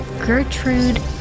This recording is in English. Gertrude